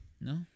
No